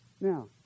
Now